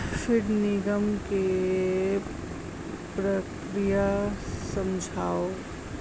feed निर्माण की प्रक्रिया समझाओ